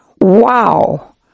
Wow